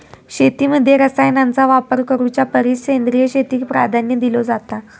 शेतीमध्ये रसायनांचा वापर करुच्या परिस सेंद्रिय शेतीक प्राधान्य दिलो जाता